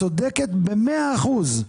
את צודקת במאה אחוז.